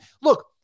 look